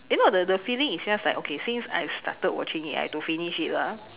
you know the the feeling is just like okay since I started watching it I have to finish it lah